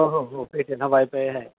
हो हो हो एक मिनिट हा वायफाय आहे